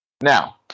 Now